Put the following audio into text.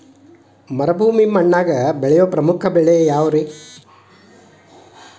ಮರುಭೂಮಿ ಮಣ್ಣಾಗ ಬೆಳೆಯೋ ಪ್ರಮುಖ ಬೆಳೆಗಳು ಯಾವ್ರೇ?